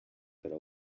pero